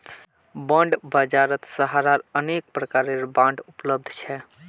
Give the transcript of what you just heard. bond बाजारत सहारार अनेक प्रकारेर बांड उपलब्ध छ